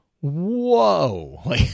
Whoa